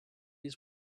his